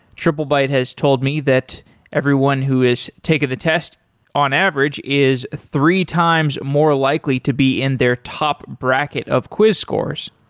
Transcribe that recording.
triplebyte has told me that everyone who has taken the test on average is three times more likely to be in their top bracket of quiz course.